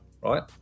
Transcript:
right